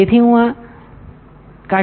તેથી હું આ કા willી નાખીશ